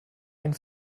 einen